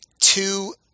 two